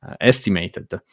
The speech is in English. estimated